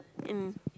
mm